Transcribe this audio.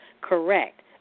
Correct